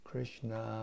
Krishna